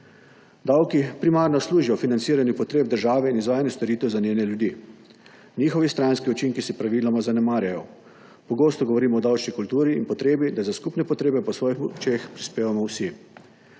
Davki primarno služijo financiranju potreb države in izvajanju storitev za njene ljudi. Njihovi stranski učinki se praviloma zanemarjajo. Pogosto govorimo o davčni kulturi in potrebi, da za skupne potrebe po svojih močeh prispevamo vsi.